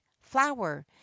flower